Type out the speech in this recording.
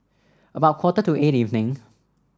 about quarter to eight evening